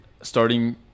starting